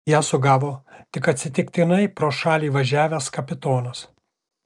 ją sugavo tik atsitiktinai pro šalį važiavęs kapitonas